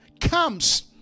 comes